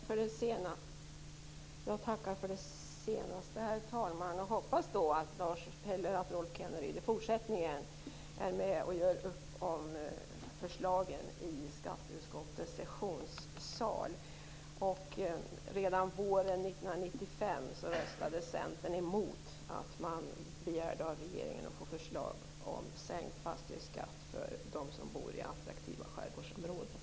Herr talman! Jag tackar för det senaste. Jag hoppas att Rolf Kenneryd i fortsättningen skall vara med och göra upp om förslagen i skatteutskottets sessionssal. Redan våren 1995 röstade Centern mot att begära förslag från regeringen om sänkt fastighetsskatt för dem som bor i attraktiva skärgårdsområden.